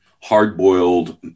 hard-boiled